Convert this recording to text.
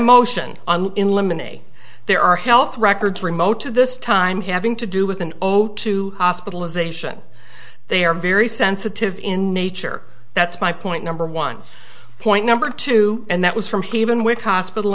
a there are health records remote to this time having to do with an oath to hospitalization they are very sensitive in nature that's my point number one point number two and that was from he even with hospital